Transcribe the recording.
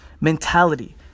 mentality